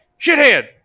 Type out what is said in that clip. shithead